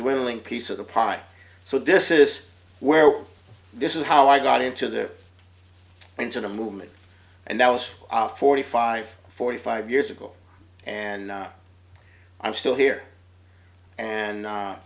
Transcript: dwindling piece of the pie so this is where this is how i got into the into the movement and that was forty five forty five years ago and i'm still here and